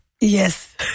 Yes